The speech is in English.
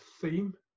theme